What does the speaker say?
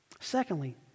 Secondly